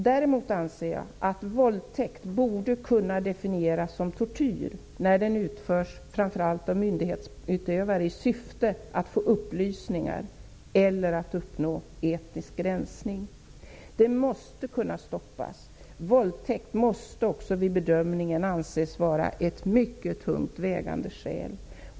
Däremot anser jag att våldtäkt borde kunna definieras som tortyr, framför allt när den utförs av myndighetsutövare i syfte att få upplysningar eller att uppnå etnisk rensning. Det måste kunna stoppas. Våldtäkt måste också vid bedömningen anses vara ett mycket tungt vägande skäl.